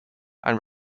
and